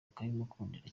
bakabimukundira